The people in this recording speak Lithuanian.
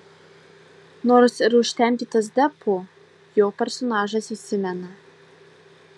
nors ir užtemdytas deppo jo personažas įsimena